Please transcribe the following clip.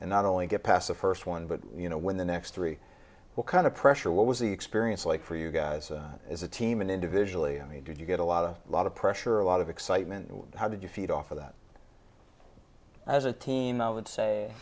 and not only get past the first one but you know win the next three what kind of pressure what was the experience like for you guys as a team and individually i mean did you get a lot a lot of pressure a lot of excitement and how did you feed off of that as a team i would say